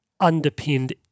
Underpinned